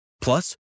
Plus